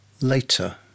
later